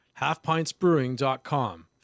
Halfpintsbrewing.com